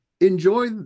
enjoy